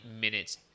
minutes